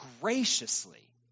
graciously